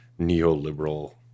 neoliberal